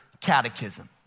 Catechism